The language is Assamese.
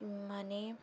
ইমানেই